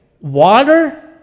Water